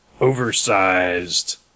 oversized